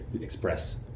express